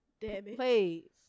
please